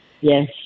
yes